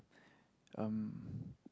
um